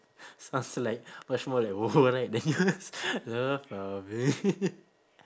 sounds like much more like !woah! like then you